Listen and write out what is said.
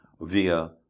via